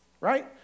right